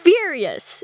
Furious